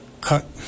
cut